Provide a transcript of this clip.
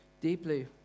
deeply